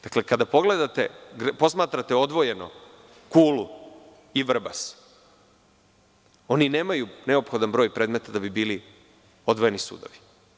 Dakle, kada posmatrate odvojeno Kulu i Vrbas, oni nemaju neophodan broj predmeta da bi bili odvojeni sudovi.